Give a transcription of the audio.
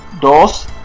Dos